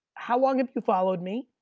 how long have you followed me?